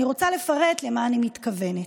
אני רוצה לפרט למה אני מתכוונת.